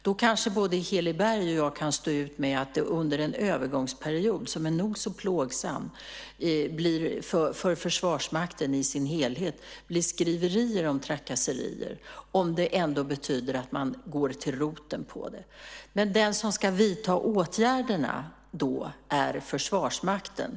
Då kanske både Heli Berg och jag kan stå ut med att det under en övergångsperiod, som är nog så plågsam för Försvarsmakten i sin helhet, blir skriverier om trakasserier, alltså om det betyder att man ändå går till roten med detta. De som ska vidta åtgärderna är Försvarsmakten.